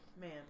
man